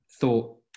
thought